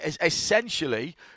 Essentially